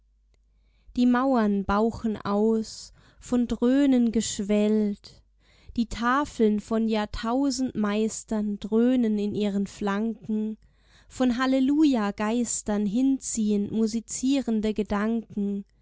die mauern bauchen aus von dröhnen geschwellt die tafeln von jahrtausend meistern dröhnen in ihren flanken von halleluja geistern hinziehend musizierende gedanken